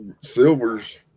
Silvers